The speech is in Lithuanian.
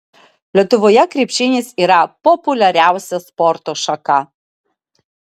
lietuvoje krepšinis yra populiariausia sporto šaka